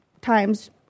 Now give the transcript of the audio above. times